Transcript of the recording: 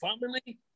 family